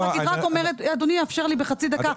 אני רק אומרת שאדוני יאפשר לי בחצי דקה.